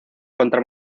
contra